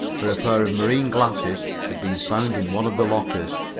for a pair of marine glasses had been found in one of the lockers.